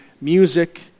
music